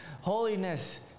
Holiness